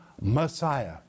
Messiah